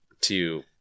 to-